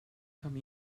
come